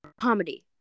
comedy